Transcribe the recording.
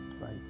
Right